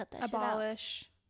abolish